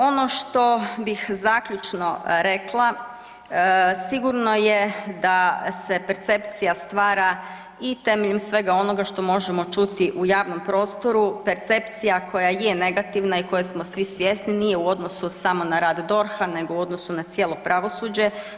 Ono što bih zaključno rekla, sigurno je da se percepcija stvara i temeljem svega onoga što možemo čuti u javnom prostoru, percepcija koja je negativna i koje smo svi svjesni, nije u odnosu samo na rad DORH-a nego u odnosu na cijelo pravosuđe.